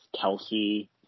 Kelsey